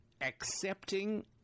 accepting